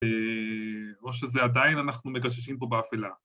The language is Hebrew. ‫או שזה עדיין, ‫אנחנו מגששים פה באפלה.